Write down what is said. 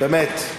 חברים, באמת.